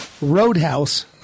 Roadhouse